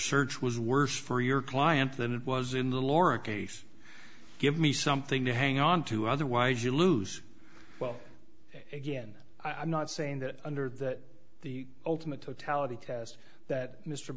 search was worse for your client than it was in the laura case give me something to hang onto otherwise you lose well again i'm not saying that under that the ultimate totality test that mr